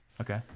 Okay